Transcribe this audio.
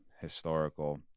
historical